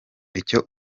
icyo